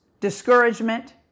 discouragement